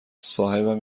صاحبم